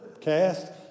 cast